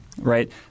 Right